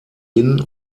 hin